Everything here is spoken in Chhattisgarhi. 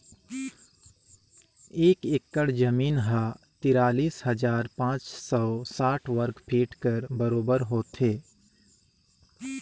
एक एकड़ जमीन ह तिरालीस हजार पाँच सव साठ वर्ग फीट कर बरोबर होथे